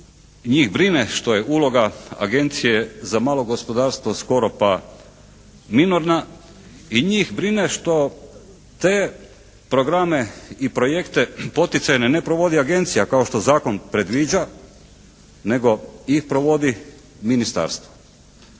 Njih brine što je uloga agencije za malo gospodarstvo skoro pa minorna i njih brine što te programe i projekte poticajne ne provodi agencija kao što zakon predviđa, nego ih provodi ministarstvo.